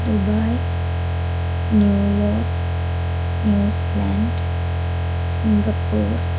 Dubai New York news zealand Singapore